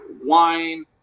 Wine